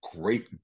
great